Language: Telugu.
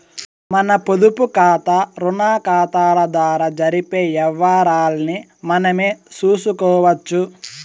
మన పొదుపుకాతా, రుణాకతాల ద్వారా జరిపే యవ్వారాల్ని మనమే సూసుకోవచ్చు